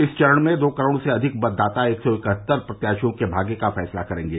इस चरण में दो करोड़ से अधिक मतदाता एक सौ इकहत्तर प्रत्याशियों के भाग्य का फैसला करेंगे